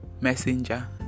messenger